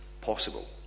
possible